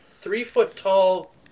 three-foot-tall